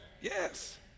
yes